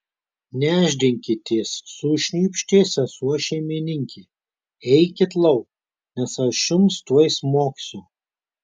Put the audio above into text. nešdinkitės sušnypštė sesuo šeimininkė eikit lauk nes aš jums tuoj smogsiu